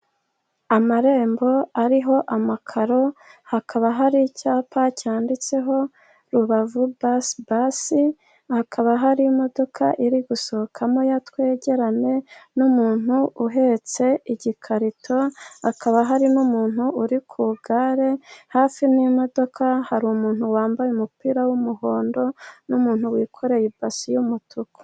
Amarembo ariho amakaro, hakaba hari icyapa cyanditseho rubavu basibasi, hakaba hari imodoka iri gusohokamo ya twegerane, n'umuntu uhetse igikarito, akaba hari n'umuntu uri ku igare, hafi n'imodoka hari umuntu wambaye umupira w'umuhondo, n'umuntu wikoreye ibasi y'umutuku.